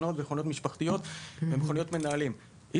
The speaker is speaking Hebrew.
קטנות או מכוניות משפחתיות או מכוניות מנהלים היא